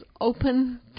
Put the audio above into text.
open